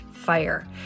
fire